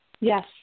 Yes